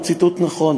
הוא ציטוט נכון,